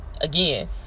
again